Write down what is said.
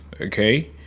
okay